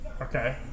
okay